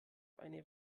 eine